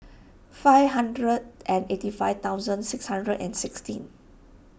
five hundred and eighty five thousand six hundred and sixteen